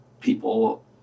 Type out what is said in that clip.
people